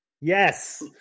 yes